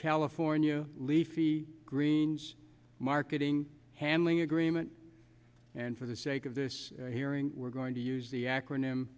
california leafy greens marketing handling agreement and for the sake of this hearing we're going to use the acronym